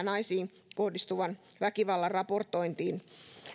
naisiin kohdistuvan väkivallan raportoinnin